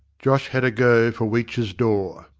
josh had a go for weech's door,